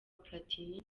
platini